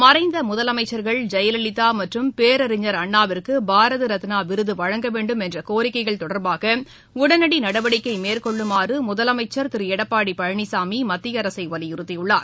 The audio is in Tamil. மறைந்த முதலமைச்சர்கள் ஜெயலலிதா மற்றும் பேரறிஞர் அண்ணாவிற்கு பாரத ரத்னா விருது வழங்கவேண்டும் என்ற கோரிக்கைகள் தொடர்பாக உடனடி நடவடிக்கை மேற்கொள்ளுமாறு முதலமைச்சர் திரு எடப்பாடி பழனிசாமி மத்தியஅரசை வலியுறுத்தியுள்ளார்